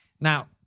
Now